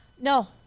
No